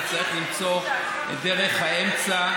ואתה צריך למצוא את דרך האמצע.